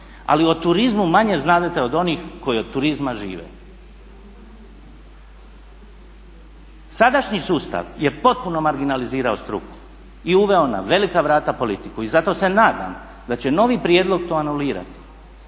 ali o turizmu manje znadete od onih koji od turizma žive. Sadašnji sustav je potpuno marginalizirao struku i uveo na velika vrata politiku i zato se nadam da će novi prijedlog to anulirati.